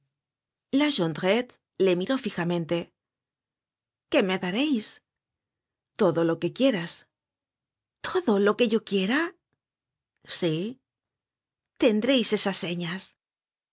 la jondrette le miró fijamente qué me dareis todo lo que quieras todo lo que yo quiera sí tendreis esas señas